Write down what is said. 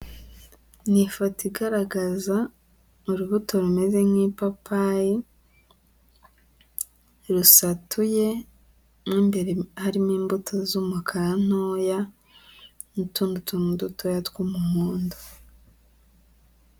Ni ifoto igaragaza urubuto rumeze nk'ipapayi, rusatuye mo imbere harimo imbuto z'umukara ntoya n'utundi tuntu dutoya tw'umuhondo.